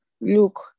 Look